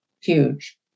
huge